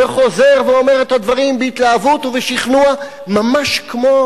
וחוזר ואומר את הדברים בהתלהבות ובשכנוע ממש כמו